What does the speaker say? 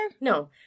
No